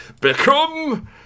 Become